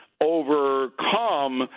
overcome